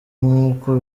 nkuko